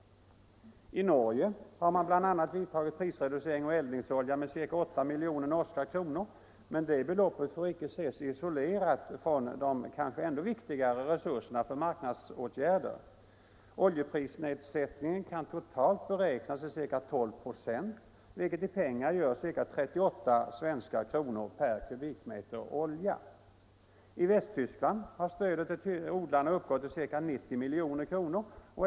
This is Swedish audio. I Norge har man bl.a. vidtagit prisreducering på eldningsolja med ca 8 miljoner norska kronor, men det beloppet får icke ses isolerat från de kanske ändå viktigare resurserna för marknadsåtgärder. Oljeprisnedsättningen kan totalt beräknas till ca 12 96, vilket i pengar gör ca 38 svenska kronor per kubikmeter olja. I Västtyskland har stödet till odlarna uppgått till ca 90 milj.kr.